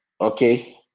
Okay